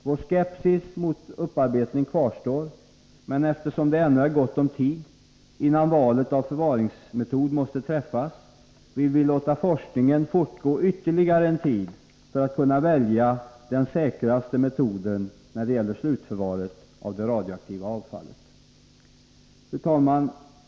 Vår skepsis mot upparbetning kvarstår, men eftersom det ännu är gott om tid innan valet av förvaringsmetod måste träffas vill vi låta forskningen fortgå ytterligare ett tag, för att kunna välja den säkraste metoden för slutförvaring av det radioaktiva avfallet. Fru talman!